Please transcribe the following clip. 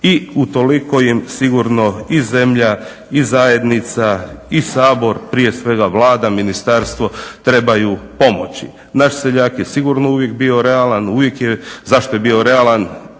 I utoliko im sigurno i zemlja i zajednica i Sabor prije svega Vlada, ministarstvo trebaju pomoći. Naš seljak je sigurno uvijek bio realan. Zašto je bio realan?